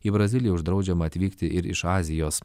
į braziliją uždraudžiama atvykti ir iš azijos